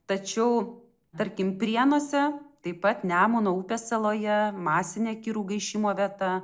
tačiau tarkim prienuose taip pat nemuno upės saloje masinė kirų gaišimo vieta